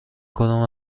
کدام